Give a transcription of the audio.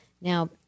Now